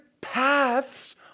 paths